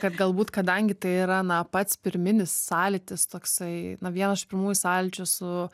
kad galbūt kadangi tai yra na pats pirminis sąlytis toksai na vienas iš pirmųjų sąlyčių su